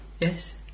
Yes